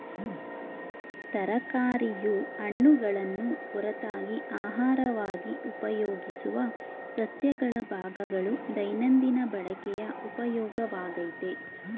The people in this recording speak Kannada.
ತರಕಾರಿಯು ಹಣ್ಣುಗಳನ್ನು ಹೊರತಾಗಿ ಅಹಾರವಾಗಿ ಉಪಯೋಗಿಸುವ ಸಸ್ಯಗಳ ಭಾಗಗಳು ದೈನಂದಿನ ಬಳಕೆಯ ಉಪಯೋಗವಾಗಯ್ತೆ